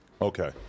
Okay